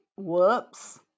Whoops